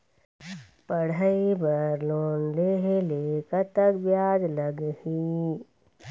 पढ़ई बर लोन लेहे ले कतक ब्याज लगही?